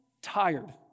Tired